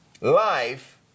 life